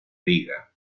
liga